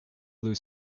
blue